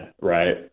right